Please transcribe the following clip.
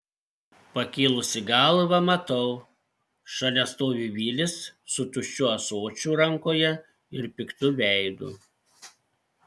pakėlusi galvą matau šalia stovi vilis su tuščiu ąsočiu rankoje ir piktu veidu